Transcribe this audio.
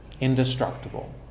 indestructible